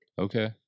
Okay